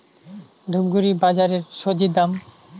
ধূপগুড়ি বাজারের স্বজি দাম?